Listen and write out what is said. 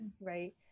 Right